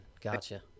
Gotcha